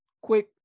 quick